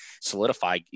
solidify